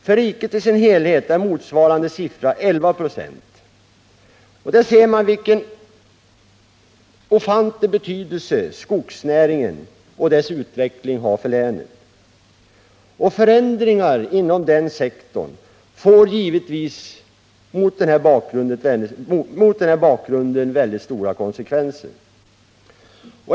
För riket i dess helhet är motsvarande siffra 11 ?6. Där ser man vilken ofantlig betydelse skogsnäringen och dess utveckling har för länet. Förändringar inom den näringen får givetvis mot denna bakgrund mycket stora konsekvenser.